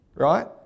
right